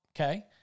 okay